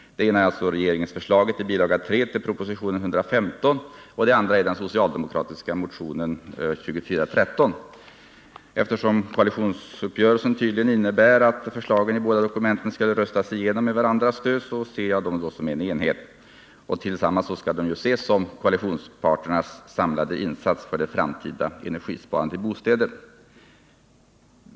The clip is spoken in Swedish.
Det ena är regeringsförslaget i bilaga 3 till propositionen 115. Det andra är den socialdemokratiska motionen 2413. 32 Eftersom koalitionsuppgörelsen tydligen innebär att förslagen i båda dokumenten skulle röstas igenom med varandras stöd, ser jag dem som en enhet. Tillsammans skall de ju ses som koalitionsparternas samlade insats för det framtida energisparandet i bostäder.